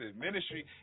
ministry